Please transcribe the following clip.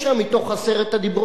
אז אולי כן יקבלו,